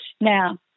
Now